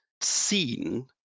seen